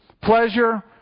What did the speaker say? Pleasure